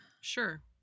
Sure